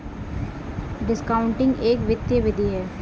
discounting एक वित्तीय विधि है